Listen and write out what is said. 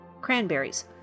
Cranberries